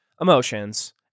emotions